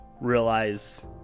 realize